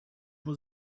was